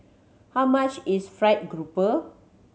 how much is fried grouper